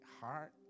heart